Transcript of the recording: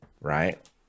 right